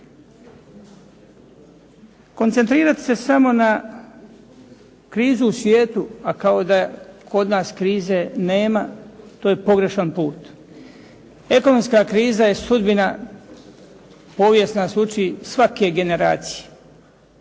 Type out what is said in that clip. Koncentrirati se samo na krizu u svijetu, kao da kod nas krize nema, to je pogrešan put. Ekonomska kriza je sudbina, povijest nas uči, svake generacije.